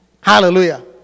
Hallelujah